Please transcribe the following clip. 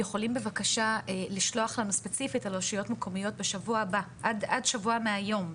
יכולים בבקשה לשלוח לנו ספציפית על רשויות מקומיות עד שבוע מהיום,